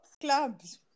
clubs